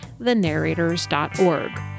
thenarrators.org